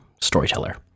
storyteller